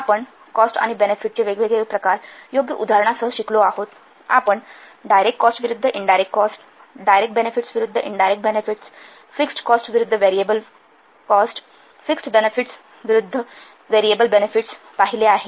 आपण कॉस्ट आणि बेनेफिट चे वेगवेगळे प्रकार योग्य उदाहरणासह शिकलो आहोत आपण डायरेक्ट कॉस्ट विरुद्ध इनडायरेक्ट कॉस्ट डायरेक्ट बेनेफिट्स विरुद्ध इनडायरेक्ट बेनेफिट्स फिक्स्ड कॉस्ट विरुद्ध व्हेरिएबल कॉस्ट फिक्स्ड बेनेफिट्स विरुद्ध व्हेरिएबल बेनेफिट्स पाहिले आहे